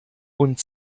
und